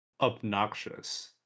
obnoxious